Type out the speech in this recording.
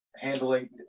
handling